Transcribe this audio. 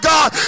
God